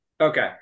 Okay